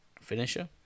finisher